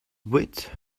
wit